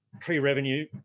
pre-revenue